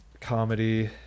comedy